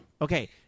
Okay